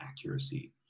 accuracy